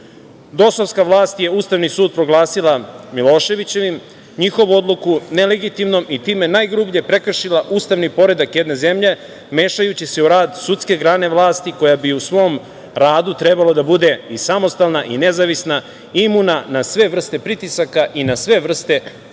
Dosovska vlast je Ustavni sud proglasila Miloševićevim, njihovu odluku nelegitimnom i time najgrublje prekršila ustavni poredak jedne zemlje mešajući se u rad sudske grane vlasti koja bi u svom radu trebalo da bude i samostalna, nezavisna, imuna na sve vrste pritisaka i na sve vrste